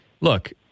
look